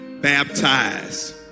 baptized